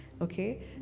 okay